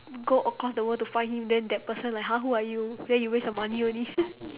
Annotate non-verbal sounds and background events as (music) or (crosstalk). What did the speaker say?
go across the world to find him then that person like !huh! who are you then you waste your money only (laughs)